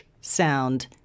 sound